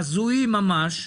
הזויים ממש,